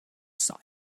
sein